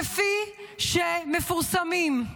כפי שהם מפורסמים,